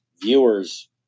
viewers